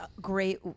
great